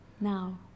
now